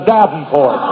Davenport